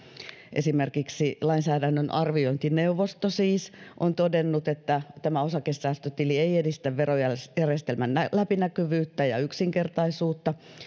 esimerkiksi lainsäädännön arviointineuvosto on todennut että tämä osakesäästötili ei edistä verojärjestelmän läpinäkyvyyttä ja yksinkertaisuutta